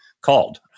called